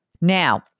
Now